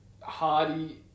Hardy